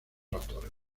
autores